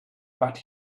but